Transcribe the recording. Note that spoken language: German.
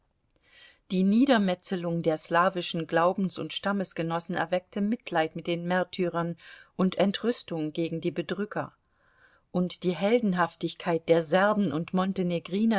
die niedermetzelung der slawischen glaubens und stammesgenossen erweckte mitleid mit den märtyrern und entrüstung gegen die bedrücker und die heldenhaftigkeit der serben und